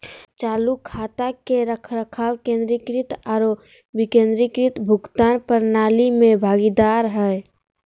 चालू खाता के रखरखाव केंद्रीकृत आरो विकेंद्रीकृत भुगतान प्रणाली में भागीदार हइ